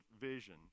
vision